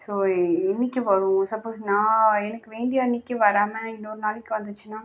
so uh என்னைக்கு வரும் suppose நான் எனக்கு வேண்டிய அன்னைக்கு வராமல் இன்னொரு நாளைக்கு வந்துச்சுன்னா